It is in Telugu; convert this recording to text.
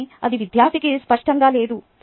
కానీ అది విద్యార్థికి స్పష్టంగా లేదు